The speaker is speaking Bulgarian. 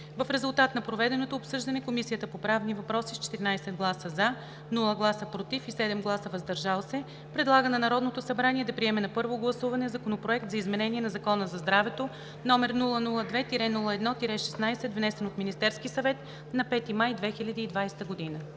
В резултат на проведеното обсъждане Комисията по правни въпроси с 14 гласа „за“, без „против“ и 7 гласа „въздържал се“ предлага на Народното събрание да приеме на първо гласуване Законопроект за изменение на Закона за здравето, № 002-01-16, внесен от Министерския съвет на 5 май 2020 г.“